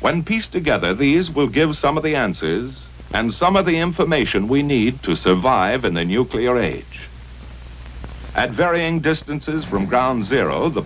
when pieced together these will give some of the answers and some of the information we need to survive in the nuclear age at varying distances from ground zero the